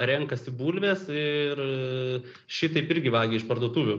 renkasi bulves ir šitaip irgi vagia iš parduotuvių